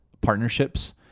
partnerships